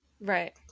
Right